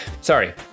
sorry